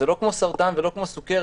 זה לא כמו סרטן ולא כמו סוכרת.